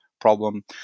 problem